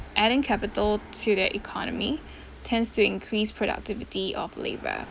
adding capital to the economy tends to increase productivity of labour